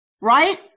Right